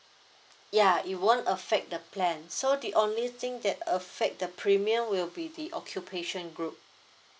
ya it won't affect the plan so the only thing that affect the premium will be the occupation group